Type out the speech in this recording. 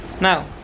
now